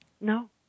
No